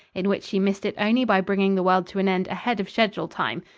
in which she missed it only by bringing the world to an end ahead of schedule time.